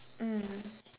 mm